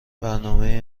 برنامه